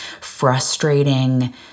frustrating